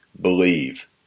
believe